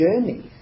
journeys